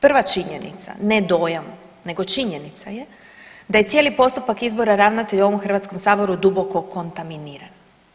Prva činjenica, ne dojam, nego činjenica je da je cijeli postupak izbora ravnatelja u ovom Hrvatskom saboru duboko kontaminiran.